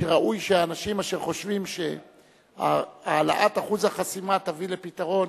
ראוי שאנשים אשר חושבים שהעלאת אחוז החסימה תביא לפתרון,